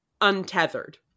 untethered